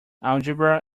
algebra